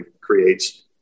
creates